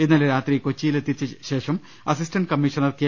ഇന്നലെ രാത്രി കൊച്ചിയിലെത്തിച്ച ശേഷം അസിസ്റ്റന്റ് കമ്മീ ഷണർ കെ